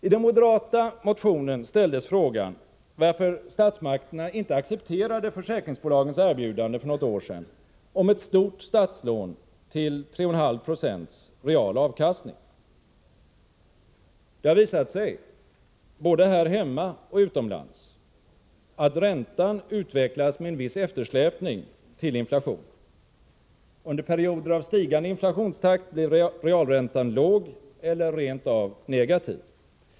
I den moderata motionen ställdes frågan, varför statsmakterna inte accepterade försäkringsbolagens erbjudande för något år sedan om ett stort statslån till 3,5 20 real avkastning. Det har visat sig både här hemma och utomlands att räntan utvecklas med en viss eftersläpning till inflationen. Under perioder av stigande inflationstakt blir realräntan låg eller rent av negativ.